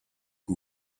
who